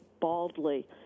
baldly